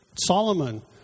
Solomon